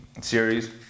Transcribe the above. series